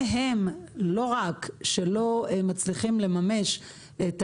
והם לא רק שלא מצליחים לממש את